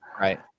Right